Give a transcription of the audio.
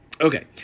Okay